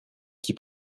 qui